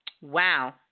Wow